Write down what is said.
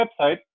website